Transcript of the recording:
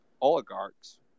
oligarchs